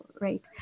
right